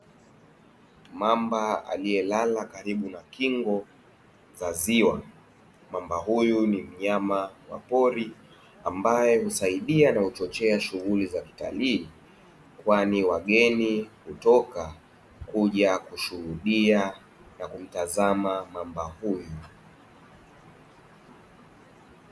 Mamba aliyelala karibu na kingo za ziwa mamba huyu ni mnyama wa pori ambaye husaidia na uchochea shughuli za kitalii kwani wageni kutoka kuja kushuhudia na kumtazama mwamba huyu.